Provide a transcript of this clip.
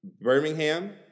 Birmingham